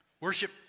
Worship